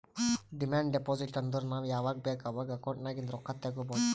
demand deposit ಅಂದುರ್ ನಾವ್ ಯಾವಾಗ್ ಬೇಕ್ ಅವಾಗ್ ಅಕೌಂಟ್ ನಾಗಿಂದ್ ರೊಕ್ಕಾ ತಗೊಬೋದ್